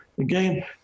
Again